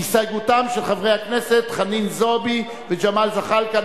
הסתייגותם של חברי הכנסת חנין זועבי וג'מאל זחאלקה,